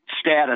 status